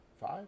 Five